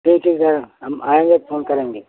ठीक ठीक सर हम आएंगे तो फोन करेंगे